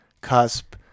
cusp